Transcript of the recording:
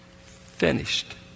finished